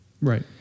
Right